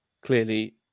clearly